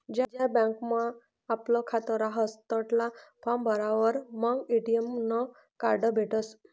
ज्या बँकमा आपलं खातं रहास तठला फार्म भरावर मंग ए.टी.एम नं कार्ड भेटसं